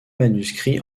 manuscrits